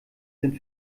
sind